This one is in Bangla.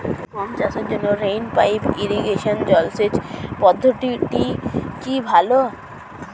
গম চাষের জন্য রেইন পাইপ ইরিগেশন জলসেচ পদ্ধতিটি কি ভালো?